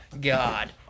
God